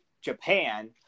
Japan